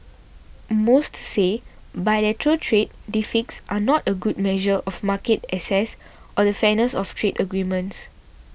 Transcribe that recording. most say bilateral trade deficits are not a good measure of market access or the fairness of trade agreements